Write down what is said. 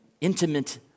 intimate